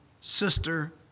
sister